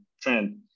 trend